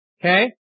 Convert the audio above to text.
Okay